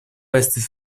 estis